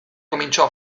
cominciò